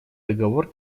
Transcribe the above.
договор